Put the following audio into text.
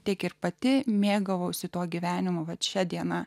tiek ir pati mėgavausi tuo gyvenimu vat šią dieną